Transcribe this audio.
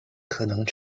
可能